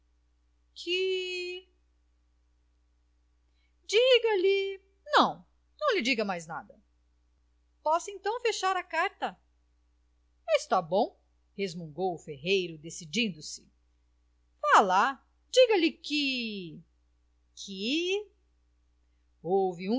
que diga-lhe não não lhe diga mais nada posso então fechar a carta está bom resmungou o ferreiro decidindo se vá lá diga-lhe que que